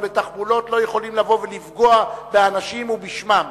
אבל בתחבולות לא יכולים לבוא ולפגוע באנשים ובשמם.